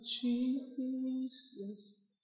Jesus